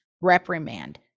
reprimand